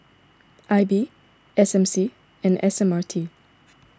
I B S M C and S M R T